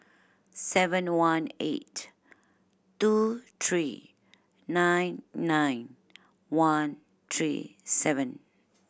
seven one eight two three nine nine one three seven